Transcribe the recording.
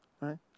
right